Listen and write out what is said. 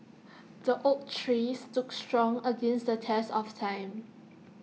the oak tree stood strong against the test of time